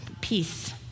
Peace